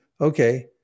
Okay